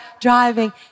driving